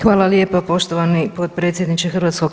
Hvala lijepo poštovani potpredsjedniče HS.